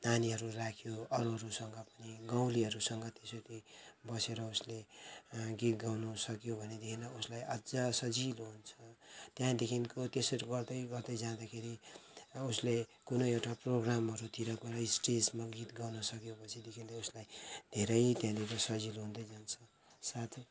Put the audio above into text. नानीहरू राख्यो अरूहरूसँग पनि गाउँलेहरूसँग त्यसरी बसेर उसले गीत गाउनु सक्यो भनेदेखिलाई उसलाई अझ सजिलो हुन्छ त्यहाँदेखिको त्यसोहरू गर्दे गर्दै जाँदाखेरि अब उसले कुनै एउटा प्रोग्रामहरूतिर गएर स्टेजमा गीत गाउन सक्यो पछि देखिलाई उसलाई धेरै त्यहाँनिर सजिलो हुँदै जान्छ साथै